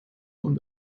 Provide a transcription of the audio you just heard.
und